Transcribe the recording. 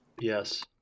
Yes